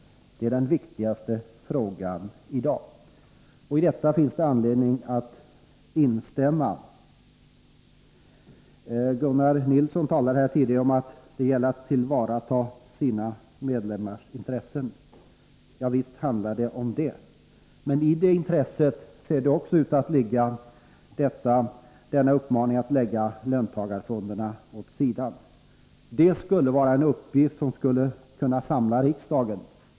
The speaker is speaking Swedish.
Det är den 153 viktigaste frågan i dag.” I detta finns det anledning att instämma. Gunnar Nilsson talade tidigare i dag om att det gällde att tillvarata sina medlemmars intressen. Visst är det så. Men i det intresset torde även ligga denna uppmaning att lägga löntagarfonderna åt sidan. Det vore en uppgift som skulle kunna samla riksdagen.